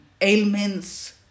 ailments